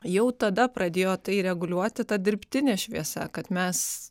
jau tada pradėjo tai reguliuoti ta dirbtinė šviesa kad mes